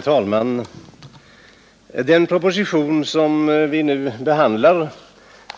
Herr talman! Den proposition som vi nu behandlar